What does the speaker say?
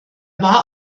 war